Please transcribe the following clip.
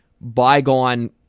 bygone